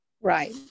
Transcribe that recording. Right